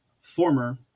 former